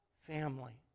family